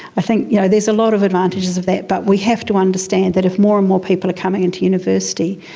i think yeah there's a lot of advantages of that but we have to understand that if more and more people are coming into university,